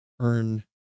earn